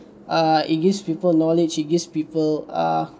uh it gives people knowledge it gives people uh